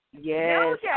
Yes